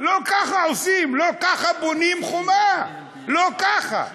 לא ככה עושים, לא ככה בונים חומה, לא ככה.